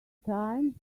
time